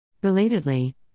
Belatedly